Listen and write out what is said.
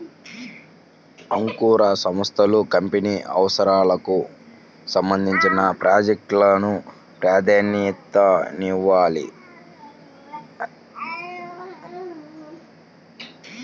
అంకుర సంస్థలు కంపెనీ అవసరాలకు సంబంధించిన ప్రాజెక్ట్ లకు ప్రాధాన్యతనివ్వాలి